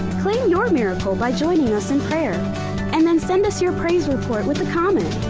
claim your miracle by joining us in prayer and then send us your praise report with a comment.